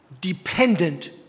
dependent